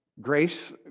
Grace